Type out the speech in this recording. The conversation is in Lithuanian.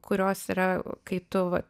kurios yra kai tu va